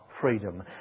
freedom